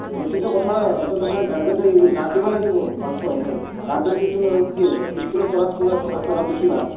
অ সেইটোৱেতো কথা আপনালোকে গাৰ্জেণে গাইড দিব লাগিব ঘৰত পঢ়িলে কি হ'ব স্কুলত পঢ়া ঘৰত পঢ়া বেছি ভাল